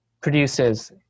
produces